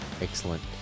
Excellent